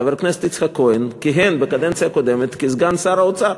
חבר הכנסת יצחק כהן כיהן בקדנציה הקודמת כסגן שר האוצר,